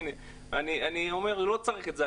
אני אומר שלא צריך את זה.